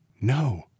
No